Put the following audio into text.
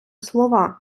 слова